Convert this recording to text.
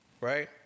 right